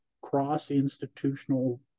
cross-institutional